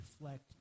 reflect